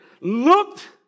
looked